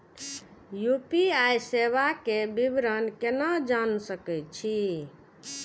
UPI सेवा के विवरण केना जान सके छी?